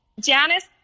janice